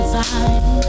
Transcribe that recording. time